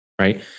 right